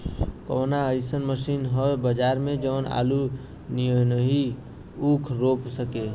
कवनो अइसन मशीन ह बजार में जवन आलू नियनही ऊख रोप सके?